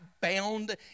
bound